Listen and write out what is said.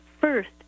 first